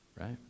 right